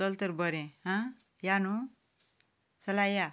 चल तर बरें आं या न्हय चला या